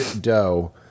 dough